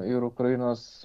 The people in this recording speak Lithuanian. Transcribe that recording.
ir ukrainos